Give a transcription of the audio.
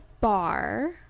bar